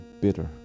bitter